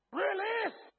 release